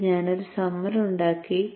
എന്നിട്ട് ഞാൻ ഒരു സമ്മർ ഉണ്ടാക്കി